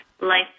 life